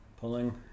Pulling